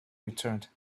returned